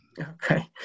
Okay